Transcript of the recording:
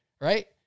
right